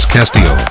Castillo